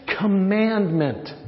commandment